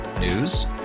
News